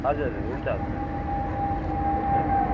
हजुर हजुर हुन्छ हुन्छ अँ हुन्छ